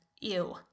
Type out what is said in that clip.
ew